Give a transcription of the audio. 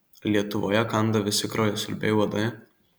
lietuvoje kanda visi kraujasiurbiai uodai